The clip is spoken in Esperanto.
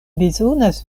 bezonas